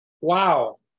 Wow